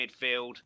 midfield